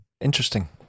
Interesting